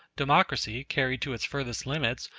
democracy, carried to its furthest limits,